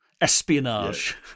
espionage